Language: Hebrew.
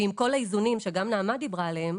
ועם כל האיזונים שגם נעמה דיברה עליהם,